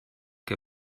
che